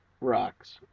Rocks